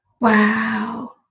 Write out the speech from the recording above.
Wow